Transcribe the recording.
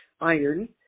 iron